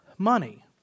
money